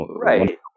right